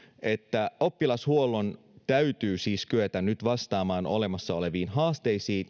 että oppilashuollon täytyisi kyetä nyt vastaamaan olemassa oleviin haasteisiin